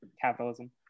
capitalism